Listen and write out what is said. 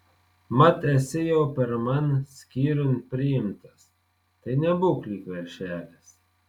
mat esi jau pirman skyriun priimtas tai nebūk lyg veršelis